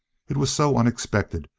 it was so unexpected,